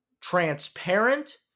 transparent